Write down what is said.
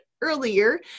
earlier